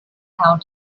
how